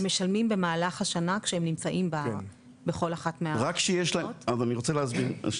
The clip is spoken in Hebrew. הם משלמים במהלך השנה שהם נמצאים בכל אחת מה -- אז אני רוצה להסביר,